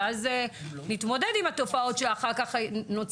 ואז להתמודד עם התופעות שנוצרו,